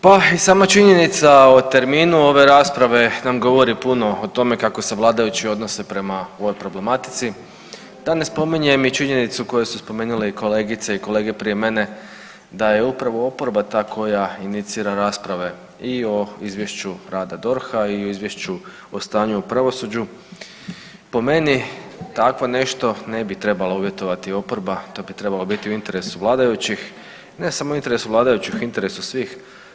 Pa i sama činjenica o terminu ove rasprave nam govori puno o tome kako se vladajući odnose prema ovoj problematici, da ne spominjem i činjenicu koje su spomenule i kolegice i kolege prije mene da je upravo oporba ta koja inicira rasprave i o izvješću rada DORH-a, i o izvješću o stanju u pravosuđu, po meni takvo nešto ne bi trebala uvjetovati oporba, to bi trebalo biti u interesu vladajući, ne samo u interesu vladajućih u interesu svih.